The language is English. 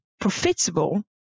profitable